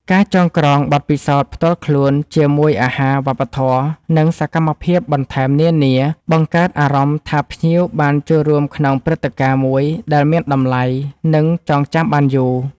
ការចងក្រងបទពិសោធន៍ផ្ទាល់ខ្លួនជាមួយអាហារ វប្បធម៌ និងសកម្មភាពបន្ថែមនានា បង្កើតអារម្មណ៍ថាភ្ញៀវបានចូលរួមក្នុងព្រឹត្តិការណ៍មួយដែលមានតម្លៃ និងចងចាំបានយូរ។